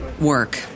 work